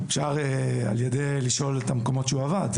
אפשר רק לשאול אותו על המקומות שבהם הוא עבד.